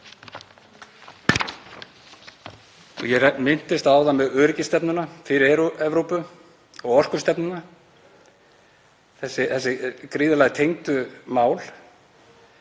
Ég minntist áðan á öryggisstefnu fyrir Evrópu og orkustefnu, þessi gríðarlega tengdu mál.